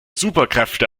superkräfte